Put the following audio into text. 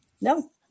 no